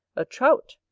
a trout!